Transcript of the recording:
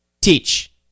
teach